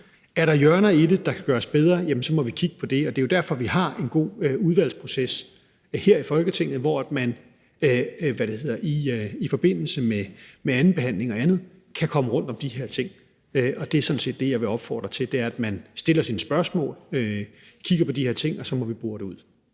Er der hjørner i det, der kan gøres bedre, må vi kigge på det. Og det er jo derfor, vi har en god udvalgsproces her i Folketinget, hvor man i forbindelse med anden behandling og andet kan komme rundt om de her ting. Og det er sådan set det, jeg vil opfordre til, altså at man stiller sine spørgsmål, kigger på de her ting, og så må vi bore det ud.